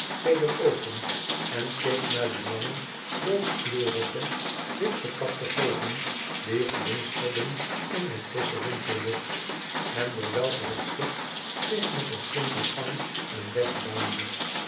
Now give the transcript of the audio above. weder open en keek naar de lange loodkleurige wit gekapte golven die glinsterden in de frissche winterlucht en door welke het schip zich met een flinken gang een weg baande